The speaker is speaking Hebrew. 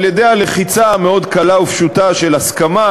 על-ידי לחיצה מאוד קלה ופשוטה של הסכמה,